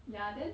ya then